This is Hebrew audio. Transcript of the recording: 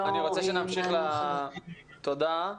תודה.